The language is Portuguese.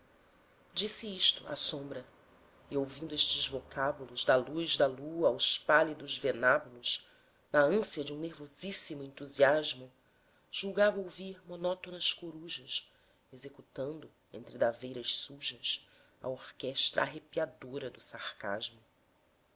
disse isto a sombra e ouvindo estes vocábulos da luz da lua aos pálidos venábulos na ânsa de um nervosíssimo entusiasmo julgava ouvir monótonas corujas executando entre daveiras sujas a orquestra arrepiadora do sarcasmo